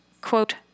quote